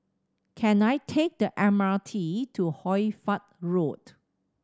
can I take the M R T to Hoy Fatt Road